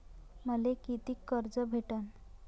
मले कितीक कर्ज भेटन?